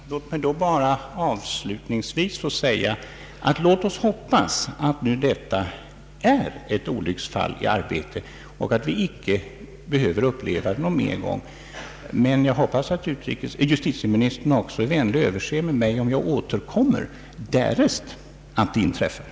Herr talman! Låt mig då bara avslutningsvis säga att jag hoppas att det som inträffat är ett olycksfall i arbetet och att vi inte behöver uppleva det någon mer gång. Men jag hoppas också att justitieministern är vänlig och överser med mig om jag återkommer därest det sker en upprepning.